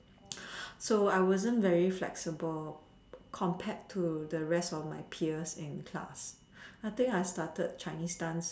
so I wasn't very flexible compared to the rest of my peers in class I think I started Chinese dance